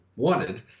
wanted